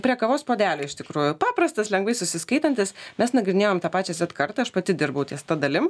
prie kavos puodelio iš tikrųjų paprastas lengvai susiskaitantis mes nagrinėjom tą pačia zet kartą aš pati dirbau ties ta dalim